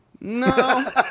No